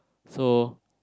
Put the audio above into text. so